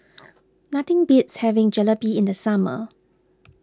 nothing beats having Jalebi in the summer